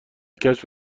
کشف